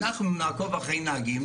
אנחנו נעקוב אחרי הנהגים,